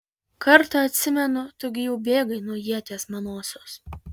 kartą atsimenu tu gi jau bėgai nuo ieties manosios